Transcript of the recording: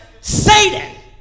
Satan